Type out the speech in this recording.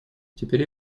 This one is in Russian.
теперь